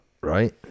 Right